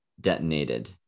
detonated